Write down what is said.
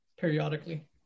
periodically